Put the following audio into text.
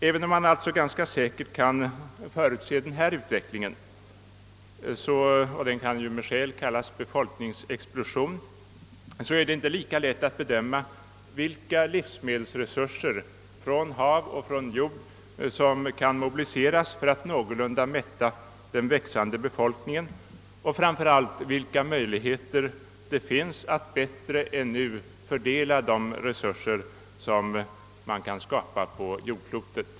Även om man alltså ganska säkert kan förutse denna utveckling — som med skäl kallas en befolkningsexplosion — är det inte lika lätt att bedöma vilka livsmedelsresurser från hav och jord som kan mobiliseras för att någorlunda mätta den växande befolkningen och framför allt vilka möjligheter det finns att bättre än nu fördela de resur ser som kan skapas på jordklotet.